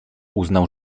uznał